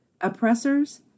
Oppressors